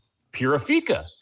Purifica